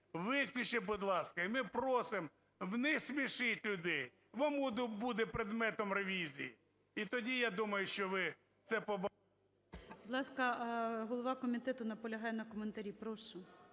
Виключіть, будь ласка. І ми просимо, не смішіть людей, бо буде предметом ревізії. І тоді я думаю, що ви це… ГОЛОВУЮЧИЙ. Будь ласка, голова комітету наполягає на коментарі. Прошу.